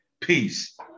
Peace